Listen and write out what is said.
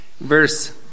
verse